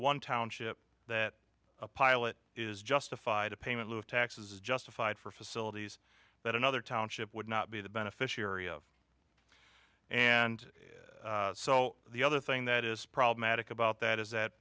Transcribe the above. one township that a pilot is justified a payment of taxes is justified for facilities that another township would not be the beneficiary of and so the other thing that is problematic about that is that